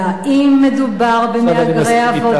אם מדובר במהגרי עבודה,